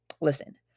listen